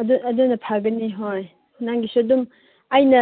ꯑꯗꯨ ꯑꯗꯨꯅ ꯐꯒꯅꯤ ꯍꯣꯏ ꯅꯪꯒꯤꯗꯨꯁꯨ ꯑꯗꯨꯝ ꯑꯩꯅ